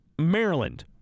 Maryland